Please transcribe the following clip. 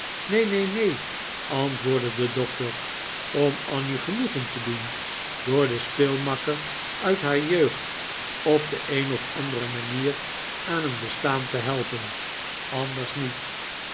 neen neen neen antwoordde de doctor om annie genoegen te doen door den speelmakker uit haar jeugd op de een of andere manier aan een bestaan te helpen anders niet